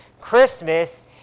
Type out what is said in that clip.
Christmas